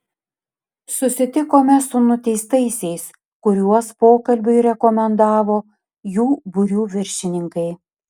susitikome su nuteistaisiais kuriuos pokalbiui rekomendavo jų būrių viršininkai